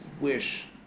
wish